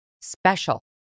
special